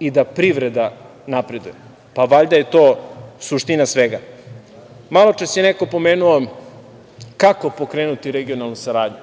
i da privreda napreduje. Pa, valjda je to suština svega. Maločas je neko pomenuo kako pokrenuti regionalnu saradnju.